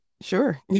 sure